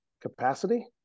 capacity